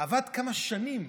עבד כמה שנים